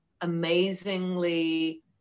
amazingly